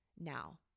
now